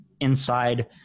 inside